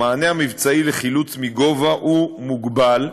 המענה המבצעי לחילוץ מגובה הוא מוגבל,